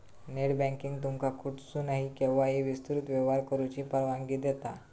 net banking तुमका कुठसूनही, केव्हाही विस्तृत व्यवहार करुची परवानगी देता